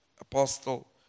apostle